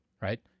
Right